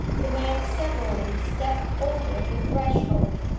the men severally stepped over the threshold,